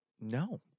no